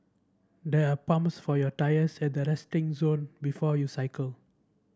there are pumps for your tyres at the resting zone before you cycle